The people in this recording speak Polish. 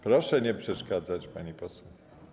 Proszę nie przeszkadzać, pani poseł.